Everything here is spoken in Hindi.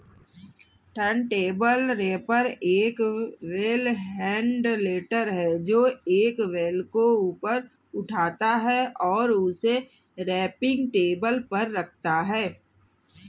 टर्नटेबल रैपर एक बेल हैंडलर है, जो एक बेल को ऊपर उठाता है और उसे रैपिंग टेबल पर रखता है